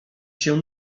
się